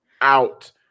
out